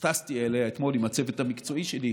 אז טסתי אליה אתמול עם הצוות המקצועי שלי,